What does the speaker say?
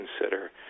consider